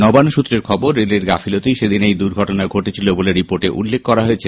নবান্ন সূত্রে খবর রেলের গাফিলতিতেই সেদিন দুর্ঘটনা ঘটেছিল বলে রিপোর্টে উল্লেখ করা হয়েছে